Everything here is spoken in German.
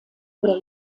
oder